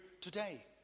today